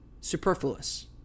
superfluous